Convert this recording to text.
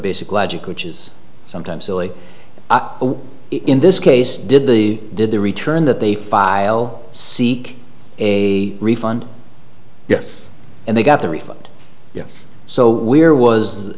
basic logic which is sometimes silly in this case did the did the return that they file seek a refund yes and they got the refund yes so we're was